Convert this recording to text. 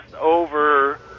over